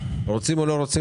רוצים או לא רוצים,